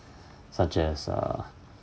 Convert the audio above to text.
such as err